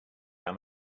how